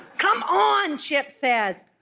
come on chip says.